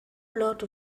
lot